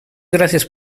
gracias